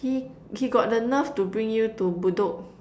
he he got the nerve to bring you to Bedok